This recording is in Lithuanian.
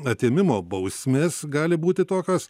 atėmimo bausmės gali būti tokios